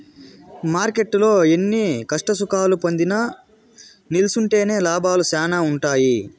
మార్కెట్టులో ఎన్ని కష్టసుఖాలు పొందినా నిల్సుంటేనే లాభాలు శానా ఉంటాయి